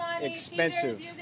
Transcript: expensive